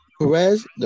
Perez